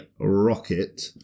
rocket